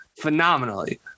phenomenally